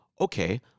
okay